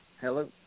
Hello